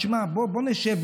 בוא נשב,